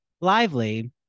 lively